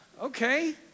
Okay